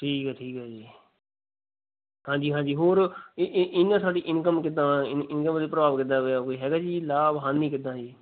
ਠੀਕ ਹੈ ਠੀਕ ਹੈ ਜੀ ਹਾਂਜੀ ਹਾਂਜੀ ਹੋਰ ਇ ਇ ਇਹ ਨਾਲ ਸਾਡੀ ਇੰਨਕਮ ਕਿੱਦਾਂ ਇੰਨ ਇੰਨਕਮ 'ਤੇ ਪ੍ਰਭਾਵ ਕਿੱਦਾਂ ਪਿਆ ਕੋਈ ਹੈਗਾ ਜੀ ਲਾਭ ਹਾਨੀ ਕਿੱਦਾਂ ਹੈ ਜੀ